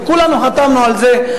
כולנו חתמנו על זה,